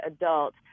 adult